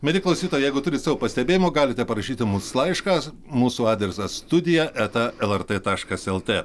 mieli klausytojai jeigu turit savo pastebėjimų galite parašyti mums laišką mūsų adresas studija eta lrt taškas lt